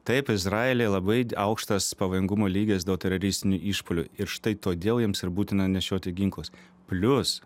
taip izraelyje labai aukštas pavojingumo lygis dėl teroristinių išpuolių ir štai todėl jiems ir būtina nešioti ginklus plius